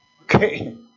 Okay